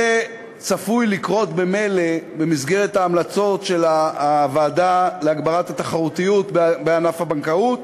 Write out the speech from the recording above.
זה צפוי ממילא במסגרת ההמלצות של הוועדה להגברת התחרותיות בענף הבנקאות